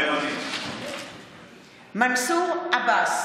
מתחייב אני מנסור עבאס,